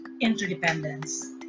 interdependence